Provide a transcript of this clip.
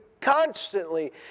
constantly